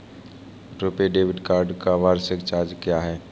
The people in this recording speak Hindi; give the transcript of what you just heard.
रुपे डेबिट कार्ड का वार्षिक चार्ज क्या है?